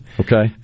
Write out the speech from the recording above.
Okay